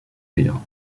rire